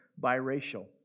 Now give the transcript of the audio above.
biracial